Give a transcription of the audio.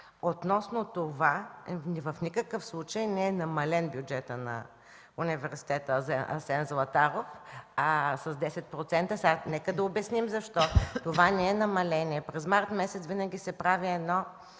2015-2016 г. В никакъв случай не е намален бюджетът на Университета „Асен Златаров” с 10%. Нека да обясним защо. Това не е намаление – през март месец винаги се прави разчет